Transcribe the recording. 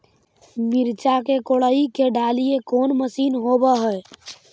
मिरचा के कोड़ई के डालीय कोन मशीन होबहय?